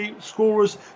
scorers